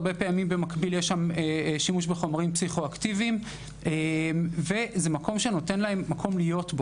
הרבה פעמים במקביל יש שימוש בחומרים פסיכו-אקטיביים וזה מקום להיות בו,